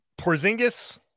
Porzingis